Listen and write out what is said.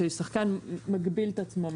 ששחקן מגביל את עצמו,